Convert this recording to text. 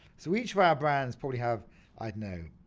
so each of our brands probably have i don't know,